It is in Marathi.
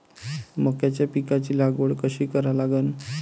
मक्याच्या पिकाची लागवड कशी करा लागन?